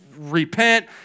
repent